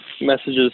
messages